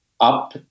up